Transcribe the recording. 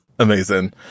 Amazing